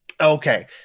Okay